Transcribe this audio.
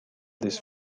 this